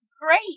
great